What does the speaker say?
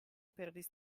perdis